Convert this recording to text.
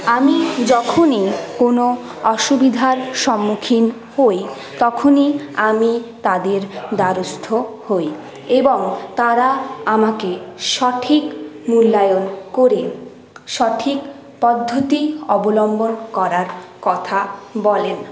আমি যখনই কোনো অসুবিধার সম্মুখীন হই তখনই আমি তাঁদের দ্বারস্থ হই এবং তারা আমাকে সঠিক মূল্যায়ন করে সঠিক পদ্ধতি অবলম্বন করার কথা বলেন